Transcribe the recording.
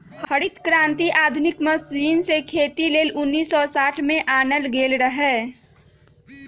हरित क्रांति आधुनिक मशीन से खेती लेल उन्नीस सौ साठ में आनल गेल रहै